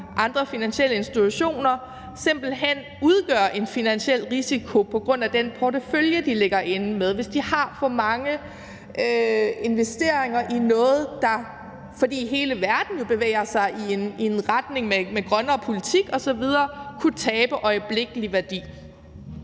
andre finansielle institutioner simpelt hen udgør en finansiel risiko på grund af den portefølje, som de ligger inde med, hvis de har for mange investeringer i noget, der øjeblikkelig kunne tabe værdi, fordi hele verden jo bevæger sig i en retning med grønnere politik osv. Så det er rigtigt,